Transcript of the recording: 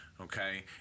okay